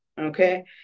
Okay